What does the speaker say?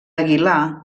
aguilar